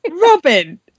robin